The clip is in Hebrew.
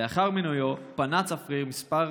"לאחר מינויו, פנה צפריר מספר